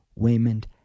Waymond